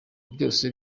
byose